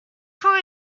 for